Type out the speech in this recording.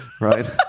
right